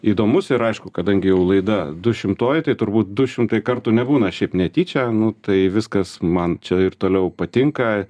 įdomus ir aišku kadangi jau laida dušimtoji tai turbūt du šimtai kartų nebūna šiaip netyčia nu tai viskas man čia ir toliau patinka